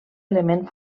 element